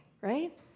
right